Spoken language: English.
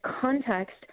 context